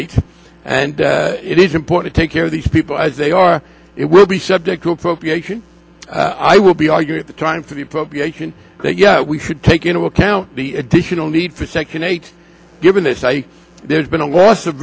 eight and it is important take care of these people as they are it will be subject to appropriation i will be arguing at the time for the appropriation that yeah we should take into account the additional need for section eight given that say there's been a loss of